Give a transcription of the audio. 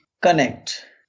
connect